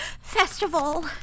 festival